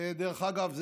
דרך אגב,